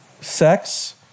sex